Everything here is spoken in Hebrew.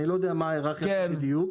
אני לא יודע מה ההיררכיה שם בדיוק,